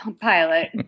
pilot